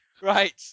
Right